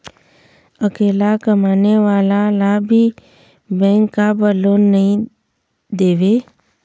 अकेला कमाने वाला ला भी बैंक काबर लोन नहीं देवे?